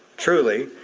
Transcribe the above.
truly,